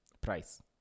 price